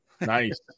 Nice